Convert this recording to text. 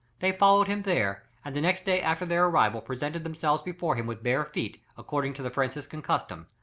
they followed him there, and the next day after their arrival presented themselves before him with bare feet, according to the franciscan custom,